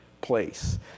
place